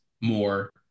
more